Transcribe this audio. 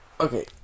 Okay